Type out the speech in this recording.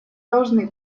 должны